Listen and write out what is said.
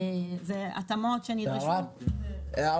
זה התאמות --- הכוונה